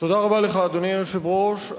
אדוני היושב-ראש,